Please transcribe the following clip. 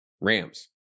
Rams